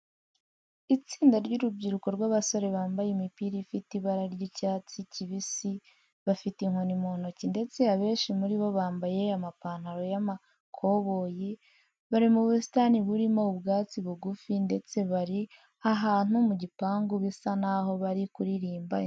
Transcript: Itsinda ry'urubyiruko rw'abasore bambaye imipira ifite ibara ry'icyatsi kibisi, bafite inkoni mu ntoki ndetse abenshi muri bo bambaye amapantaro y'amakoboyi, bari mu busitani burimo ubwatsi bugufi ndetse bari ahantu mu gipangu bisa naho bari kuririmba indirimbo runaka.